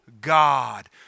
God